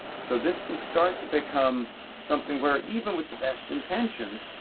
so this can start to become something where even with the best intention,